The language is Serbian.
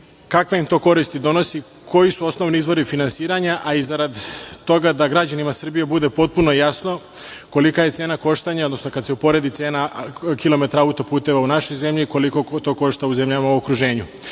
kakve im to koristi donosi, koji su osnovni izvori finansiranja, a i zarad toga da građanima Srbije bude potpuno jasno kolika je cena koštanja, odnosno kada se uporedi cena kilometra auto-puteva u našoj zemlji i koliko to košta u zemljama u okruženju? Nama